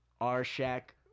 R-Shack